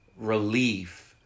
relief